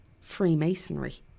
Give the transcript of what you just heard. Freemasonry